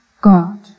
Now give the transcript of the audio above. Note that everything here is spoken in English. God